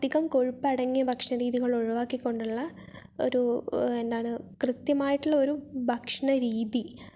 അധികം കൊഴുപ്പടങ്ങിയ ഭക്ഷണ രീതികൾ ഒഴിവാക്കികൊണ്ടുള്ള ഒരു എന്താണ് കൃത്യമായിട്ടുള്ള ഒരു ഭക്ഷണ രീതി